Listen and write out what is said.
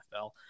NFL